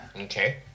Okay